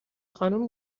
خانم